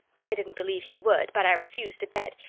i didn't believe he would, but i refused to bet,